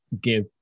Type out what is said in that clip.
give